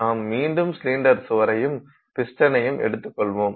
நாம் மீண்டும் சிலிண்டர் சுவரையும் பிஸ்டனையும் எடுத்துக் கொள்வோம்